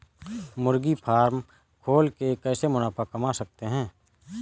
मुर्गी फार्म खोल के कैसे मुनाफा कमा सकते हैं?